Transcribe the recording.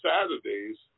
Saturdays